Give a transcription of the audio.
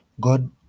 God